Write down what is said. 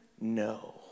No